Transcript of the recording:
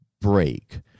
break